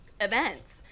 events